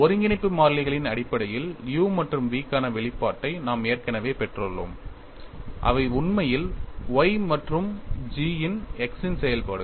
ஒருங்கிணைப்பு மாறிலிகளின் அடிப்படையில் u மற்றும் v க்கான வெளிப்பாட்டை நாம் ஏற்கனவே பெற்றுள்ளோம் அவை உண்மையில் y மற்றும் g இன் x இன் செயல்பாடுகள்